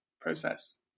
process